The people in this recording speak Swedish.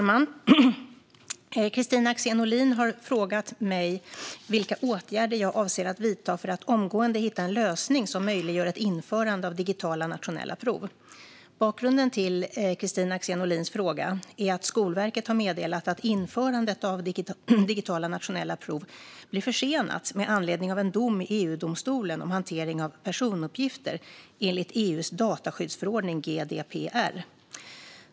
Fru talman! har frågat mig vilka åtgärder jag avser att vidta för att omgående hitta en lösning som möjliggör ett införande av digitala nationella prov. Bakgrunden till s fråga är att Skolverket har meddelat att införandet av digitala nationella prov blir försenat med anledning av en dom i EU-domstolen om hantering av personuppgifter enligt EU:s dataskyddsförordning, GDPR.